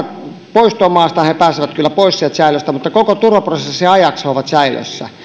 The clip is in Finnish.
poistua maasta he pääsevät kyllä pois sieltä säilöstä mutta koko turvaprosessin ajan he ovat säilössä